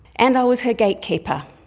and i was her gatekeeper.